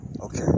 okay